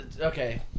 okay